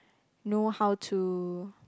know how to